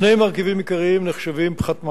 שני מרכיבים עיקריים נחשבים לפחת מים: